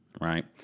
right